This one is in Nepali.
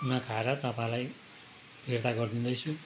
नखाएर तपाईँलाई फिर्ता गरिदिँदैछु